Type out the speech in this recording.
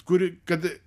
kuri kad